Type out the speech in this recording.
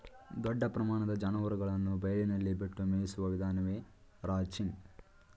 ದೊಡ್ಡ ಪ್ರಮಾಣದ ಜಾನುವಾರುಗಳನ್ನು ಬಯಲಿನಲ್ಲಿ ಬಿಟ್ಟು ಮೇಯಿಸುವ ವಿಧಾನವೇ ರಾಂಚಿಂಗ್